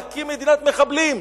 להקים מדינת מחבלים.